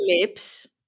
lips